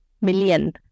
million